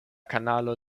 kanalo